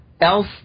else